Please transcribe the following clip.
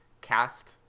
cast